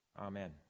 Amen